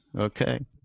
Okay